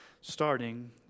starting